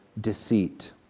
deceit